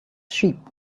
sheep